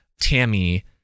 tammy